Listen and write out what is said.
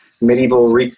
medieval